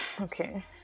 Okay